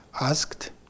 asked